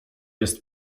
jest